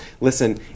listen